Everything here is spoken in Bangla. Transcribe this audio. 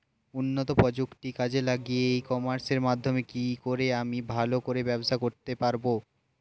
উন্নত প্রযুক্তি কাজে লাগিয়ে ই কমার্সের মাধ্যমে কি করে আমি ভালো করে ব্যবসা করতে পারব?